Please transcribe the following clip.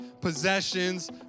possessions